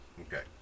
Okay